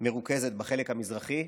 מרוכז בחלק המזרחי,